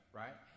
right